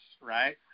Right